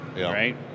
right